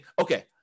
okay